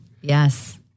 Yes